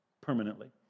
permanently